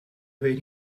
weet